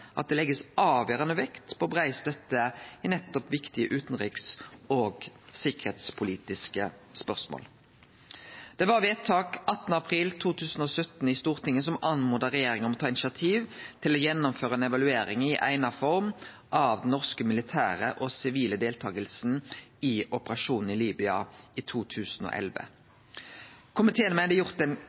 at ein legg avgjerande vekt på brei støtte nettopp i viktige utanriks- og sikkerheitspolitiske spørsmål. Det var vedtaket i Stortinget 18. april 2017 som oppmoda regjeringa om å ta initiativ til å gjennomføre ei evaluering i eigna form av den norske militære og sivile deltakinga i operasjonen i Libya i 2011. Komiteen meiner det er gjort ein